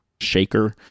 shaker